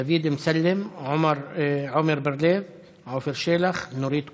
דוד אמסלם, עמר בר-לב, עפר שלח, נורית קורן,